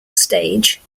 stage